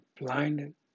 blinded